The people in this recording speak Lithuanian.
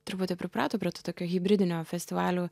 turbūt jau priprato prie tų tokių hibridinio festivalių